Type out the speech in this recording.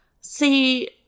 See